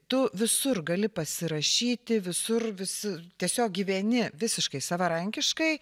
tu visur gali pasirašyti visur visi tiesiog gyveni visiškai savarankiškai